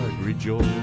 rejoice